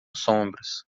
sombras